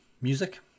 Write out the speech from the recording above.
music